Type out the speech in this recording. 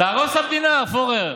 תהרוס את המדינה, פורר.